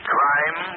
Crime